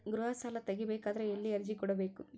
ಗೃಹ ಸಾಲಾ ತಗಿ ಬೇಕಾದರ ಎಲ್ಲಿ ಅರ್ಜಿ ಕೊಡಬೇಕು?